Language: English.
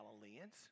Galileans